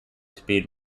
speed